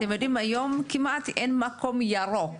אתם יודעים היום כמעט אין מקום ירוק,